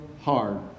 hard